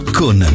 con